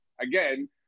again